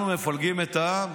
אנחנו מפלגים את העם?